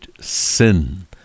sin